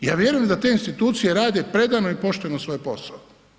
Ja vjerujem da te institucije rade predano i pošteno svoj posao.